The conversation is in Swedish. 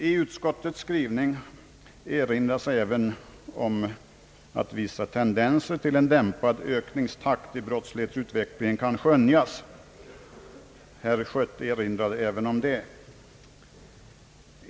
I utskottets skrivning erinras om att vissa tendenser till en dämpad ökningstakt i brottslighetsutvecklingen kan skönjas — också herr Schött erinrade om detta faktum.